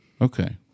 Okay